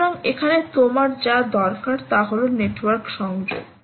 সুতরাং এখানে তোমার যা দরকার তা হল নেটওয়ার্ক সংযোগ